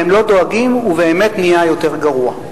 והם לא דואגים ובאמת נהיה יותר גרוע.